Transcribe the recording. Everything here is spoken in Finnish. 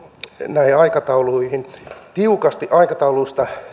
näihin aikatauluihin tiukasti aikatauluista